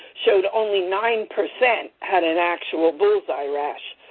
showed only nine percent had an actual bullseye rash,